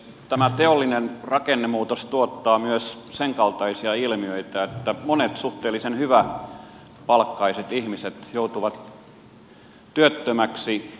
tämä teollinen rakennemuutos tuottaa myös senkaltaisia ilmiöitä että monet suhteellisen hyväpalkkaiset ihmiset joutuvat työttömiksi